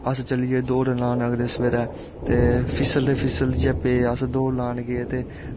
अस चलिये दौड़ लान सवेरै ते फिसलदे फिसलदे दौड़ लान गे अस ते